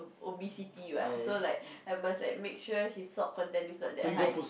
obesity what so like I must like make sure his salt content is not that high